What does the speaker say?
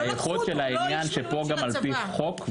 הייחוד של העניין שפה גם על פי חוק,